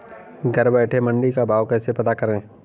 घर बैठे मंडी का भाव कैसे पता करें?